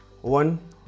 one